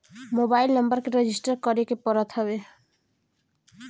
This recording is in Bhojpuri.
मोबाइल नंबर के रजिस्टर करे के पड़त हवे